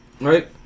Right